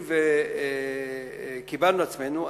הואיל וקיבלנו על עצמנו,